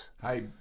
Hi